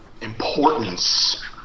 importance